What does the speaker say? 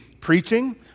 preaching